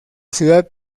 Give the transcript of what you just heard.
ciudad